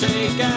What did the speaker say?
Take